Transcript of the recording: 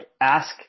ask